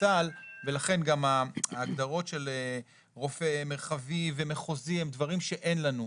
צה"ל ולכן גם ההגדרות של רופא מרחבי ומחוזי הם דברים שאין לנו,